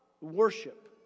worship